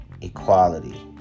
equality